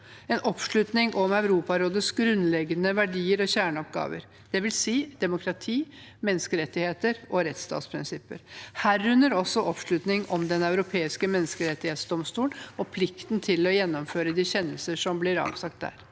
en oppslutning om Europarådets grunnleggende verdier og kjerneoppgaver, dvs. demokrati, menneskerettigheter og rettsstatsprinsipper, herunder også oppslutning om Den europeiske menneskerettsdomstol og plikten til å gjennomføre de kjennelser som blir avsagt der.